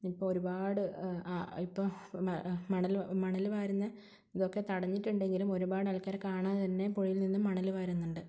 ഇപ്പോള് ഒരുപാട് മണൽ വാരുന്നത് ഇതൊക്കെ തടഞ്ഞിട്ടുണ്ടെങ്കിലും ഒരുപാട് ആൾക്കാര് കാണാതെ തന്നെ പുഴയിൽ നിന്നും മണല് വാരുന്നുണ്ട്